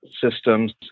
systems